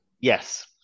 Yes